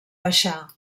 baixar